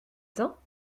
temps